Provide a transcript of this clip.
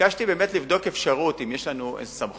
ביקשתי לבדוק אפשרות אם יש לנו סמכות